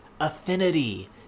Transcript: Affinity